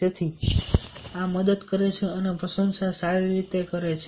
તેથી આ મદદ કરે છે અને પ્રશંસા સારી રીતે કરે છે